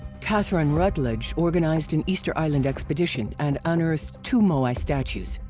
katherine routledge organized an easter island expedition and unearthed two moai statues.